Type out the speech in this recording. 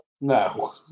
No